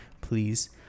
please